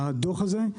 הדוח הזה,